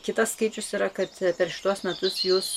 kitas skaičius yra kad per šituos metus jūs